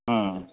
हा